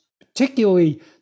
particularly